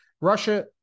Russia